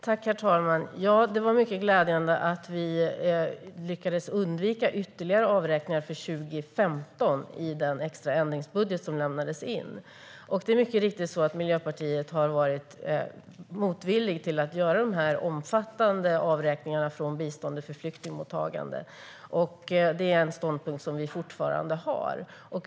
Herr talman! Det var mycket glädjande att vi lyckades undvika ytterligare avräkningar för 2015 i den extra ändringsbudget som lämnades in. Miljöpartiet har mycket riktigt varit motvilligt till att göra de här omfattande avräkningarna från biståndet till flyktingmottagande, och det är en ståndpunkt som vi fortfarande har.